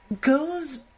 goes